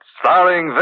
starring